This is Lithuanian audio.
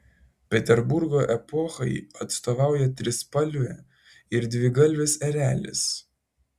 peterburgo epochai atstovauja trispalvė ir dvigalvis erelis